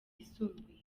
yisumbuye